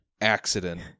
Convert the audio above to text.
accident